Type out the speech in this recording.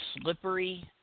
slippery